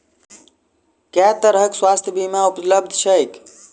केँ तरहक स्वास्थ्य बीमा उपलब्ध छैक?